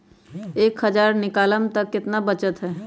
एक हज़ार निकालम त कितना वचत?